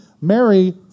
Mary